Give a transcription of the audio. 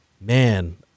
man